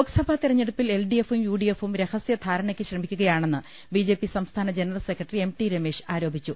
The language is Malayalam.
ലോക്സഭ തെരഞ്ഞെടുപ്പിൽ എൽ ഡി എഫും യു ഡി എഫും രഹസൃ ധാരണക്ക് ശ്രമിക്കുകയാണെന്ന് ബി ജെ പി സംസ്ഥാന general secretary M T Ramesh ആരോപിച്ചു